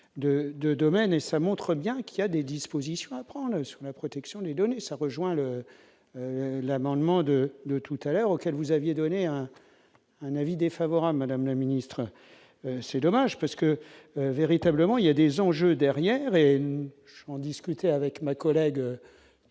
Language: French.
de domaines et ça montre bien qu'il y a des dispositions à prendre sur la protection des données, ça rejoint le l'amendement de le tout-à-l'heure auquel vous aviez donné un avis défavorable, madame la ministre, c'est dommage parce que véritablement il y a des enjeux derrière et en discuter avec ma collègue